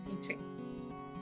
teaching